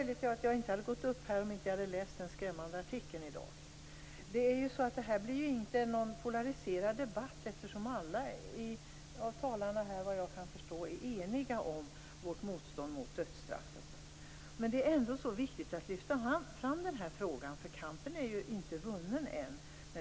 Fru talman! Det är möjligt att jag inte hade gått upp i den här debatten om jag inte hade läst den skrämmande artikeln i dag. Det här blir ju inte någon polariserad debatt eftersom alla talare här är eniga om motståndet mot dödsstraffet, efter vad jag kan förstå. Men det är ändå så viktigt att lyfta fram den här frågan. Kampen är ju inte vunnen än.